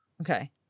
Okay